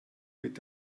mit